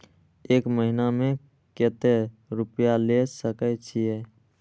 एक महीना में केते रूपया ले सके छिए?